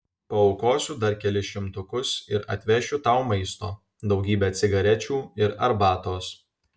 paaukosiu dar kelis šimtukus ir atvešiu tau maisto daugybę cigarečių ir arbatos